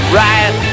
right